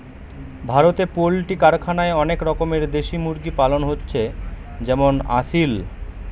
ভারতে পোল্ট্রি কারখানায় অনেক রকমের দেশি মুরগি পালন হচ্ছে যেমন আসিল